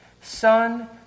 Son